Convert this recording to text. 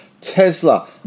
Tesla